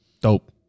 Dope